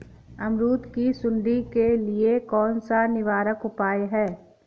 अमरूद की सुंडी के लिए कौन सा निवारक उपाय है?